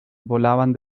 volaban